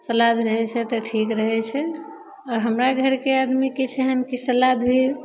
सलाद रहै छै तऽ ठीक रहै छै आओर हमरा घरके आदमी कि छै हँ कि सलाद भी